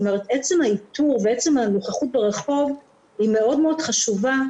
עצם האיתור ועצם הנוכחות ברחוב היא מאוד חשובה,